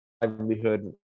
livelihood